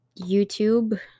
youtube